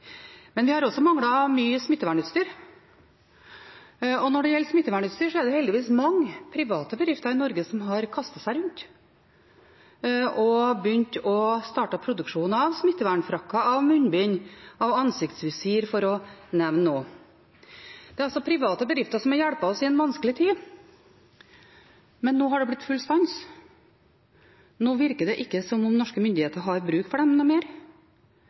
Men vi har også manglet mye smittevernutstyr, og når det gjelder smittevernutstyr, er det heldigvis mange private bedrifter i Norge som har kastet seg rundt og startet produksjon av smittevernfrakker, av munnbind, av ansiktsvisir, for å nevne noe. Det er altså private bedrifter som har hjulpet oss i en vanskelig tid, men nå har det blitt full stans. Nå virker det ikke som om norske myndigheter har bruk for dem noe mer,